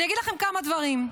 אני אגיד לכם כמה דברים.